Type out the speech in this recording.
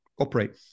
operate